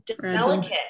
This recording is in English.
delicate